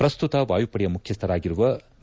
ಪ್ರಸ್ತುತ ವಾಯುಪಡೆಯ ಮುಖ್ಯಸ್ಥರಾಗಿರುವ ಬಿ